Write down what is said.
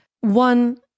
One